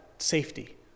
safety